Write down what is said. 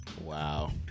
Wow